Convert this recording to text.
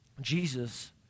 Jesus